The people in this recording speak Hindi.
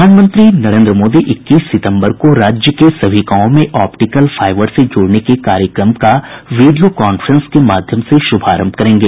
प्रधानमंत्री नरेंद्र मोदी इक्कीस सितंबर को राज्य के सभी गांवों में ऑप्टिकल फाइबर से जोड़ने के कार्यक्रम का वीडियो कांफ्रेंस के माध्यम से शुभारंभ करेंगे